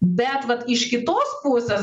bet vat iš kitos pusės